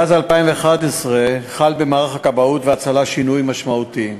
מאז 2011 חל במערך הכבאות וההצלה שינוי משמעותי: